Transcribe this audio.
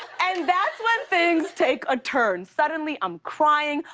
and that's when things take a turn. suddenly, i'm crying.